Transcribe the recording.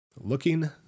looking